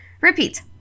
Repeat